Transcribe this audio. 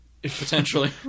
Potentially